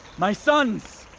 my sons!